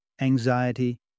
anxiety